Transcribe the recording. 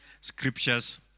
scriptures